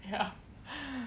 ya